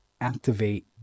activate